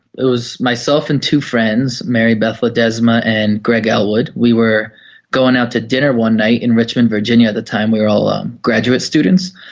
it was myself and two friends, marybeth ledesma, and greg elwood, we were going out to dinner one night in richmond, virginia. at the time we were all um graduate students,